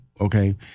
Okay